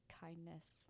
kindness